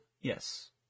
Yes